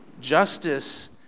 Justice